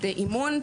אימון,